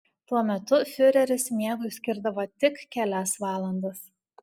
tuo metu fiureris miegui skirdavo tik kelias valandas